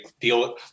deal